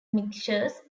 mixers